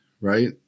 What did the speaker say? right